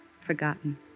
Forgotten